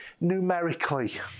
numerically